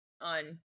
on